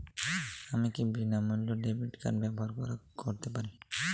আমি কি বিনামূল্যে ডেবিট কার্ড ব্যাবহার করতে পারি?